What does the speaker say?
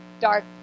dark